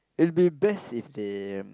it'll be best if they